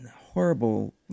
horrible